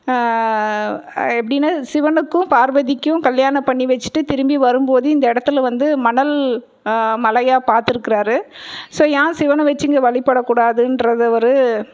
எப்படினா சிவனுக்கும் பார்வதிக்கும் கல்யாணம் பண்ணி வச்சிட்டு திரும்பி வரும்போது இந்த இடத்துல வந்து மணல் மலையாக பார்த்துருக்குறாரு ஏன் சிவனை வச்சு இங்கே வழிபடக்கூடாதுன்றது ஒரு